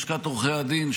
לשכת עורכי הדין,